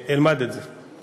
אלמד את זה.